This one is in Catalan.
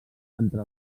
entre